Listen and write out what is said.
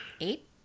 Eight